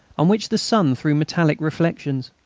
on which the sun threw metallic reflections.